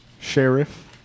Sheriff